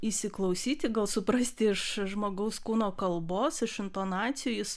įsiklausyti gal suprasti iš žmogaus kūno kalbos iš intonacijų jis